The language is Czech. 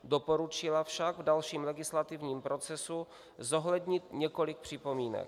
Doporučila však v dalším legislativním procesu zohlednit několik připomínek.